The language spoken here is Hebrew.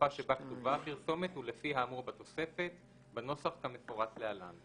בשפה שבה כתובה הפרסומת ולפי האמור בתוספת ובנוסח כמפורט להלן: